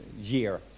year